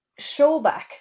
showback